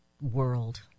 world